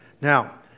Now